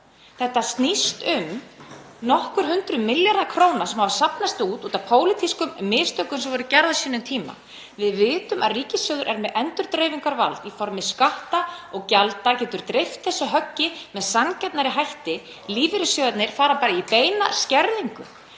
Þetta snýst um nokkur hundruð milljarða króna sem hafa safnast út af pólitískum mistökum sem voru gerð á sínum tíma. Við vitum að ríkissjóður er með endurdreifingarvald í formi skatta og gjalda, getur dreift þessu höggi með sanngjarnari hætti. Lífeyrissjóðirnir fara bara í beina skerðingu.